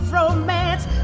romance